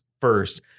first